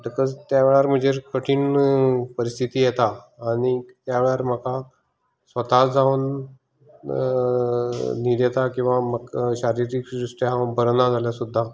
म्हणटकच त्या वेळार म्हजेर कठीण परिस्थिती येता आनीक त्या वेळार म्हाका स्वता जावन न्हीद येता किंवा म्हाका शारिरीक दृश्टीन हांव बरो ना जाल्यार सुद्दा